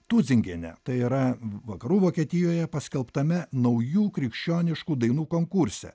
tuzingene tai yra vakarų vokietijoje paskelbtame naujų krikščioniškų dainų konkurse